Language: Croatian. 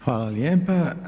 Hvala lijepa.